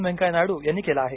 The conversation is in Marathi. व्यंकय्या नायडू यांनी केलं आहे